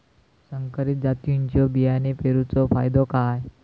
संकरित जातींच्यो बियाणी पेरूचो फायदो काय?